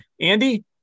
andy